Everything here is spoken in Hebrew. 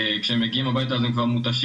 וכשהם כבר מגיעים הביתה אז הם כבר מותשים.